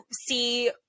see